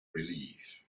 relief